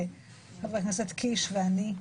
חבר הכנסת קיש ואני.